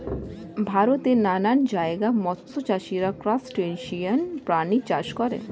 ভারতের নানান জায়গায় মৎস্য চাষীরা ক্রাসটেসিয়ান প্রাণী চাষ করে